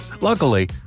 Luckily